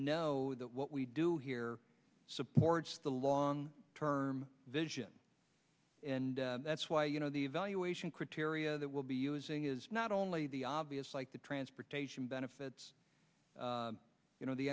know what we do here supports the long term vision and that's why you know the evaluation criteria that will be using is not only the obvious like the transportation benefits you know the